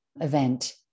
event